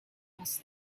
asked